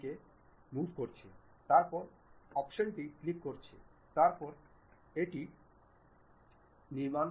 সুতরাং এই অনেক অংশ বা সম্ভবত আরও দীর্ঘ একটি 30 ইউনিট